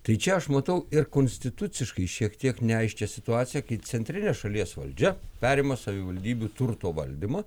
tai čia aš matau ir konstituciškai šiek tiek neaiškią situaciją kai centrinė šalies valdžia perima savivaldybių turto valdymą